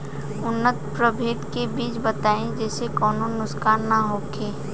उन्नत प्रभेद के बीज बताई जेसे कौनो नुकसान न होखे?